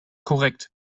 korrekt